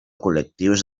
col·lectius